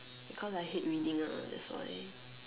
because I hate reading ah thats why